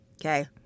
Okay